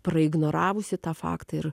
praignoravusi tą faktą ir